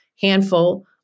handful